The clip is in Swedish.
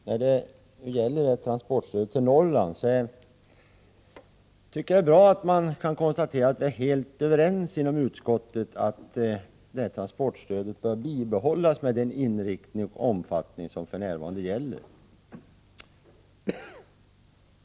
Herr talman! Jag är glad att kunna konstatera att när det gäller transportstödet till Norrland är vi helt överens inom utskottet om att detta bör bibehållas med den inriktning och omfattning som för närvarande gäller.